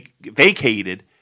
vacated